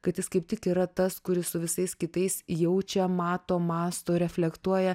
kad jis kaip tik yra tas kuris su visais kitais jaučia mato mąsto reflektuoja